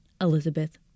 Elizabeth